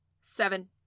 seven